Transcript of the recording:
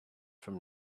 from